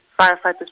Firefighters